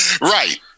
right